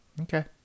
Okay